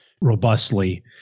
robustly